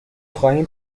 خواهیم